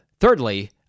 thirdly